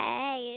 Hey